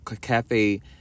Cafe